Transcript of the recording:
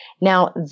Now